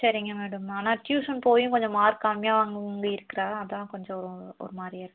சரிங்க மேடம் ஆனால் டியூஷன் போயும் கொஞ்சம் மார்க் கம்மியாக வாங்குகிறமாரி இருக்கிறா அதுதான் கொஞ்சம் ஒரு மாதிரியா இருக்குது